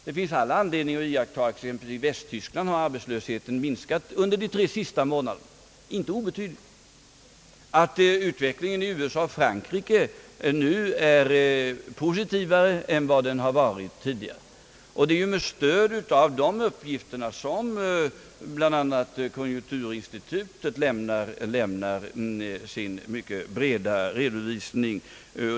Det finns all anledning att notera att arbetslösheten i Västtyskland har minskat i icke obetydlig grad under de senaste månaderna samt att utvecklingen i USA och Frankrike nu är mer positiv än tidigare. Det är med stöd av bl.a. dessa uppgifter som konjunkturinstitutet lämnar sin mycket breda redovisning.